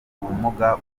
ubumuga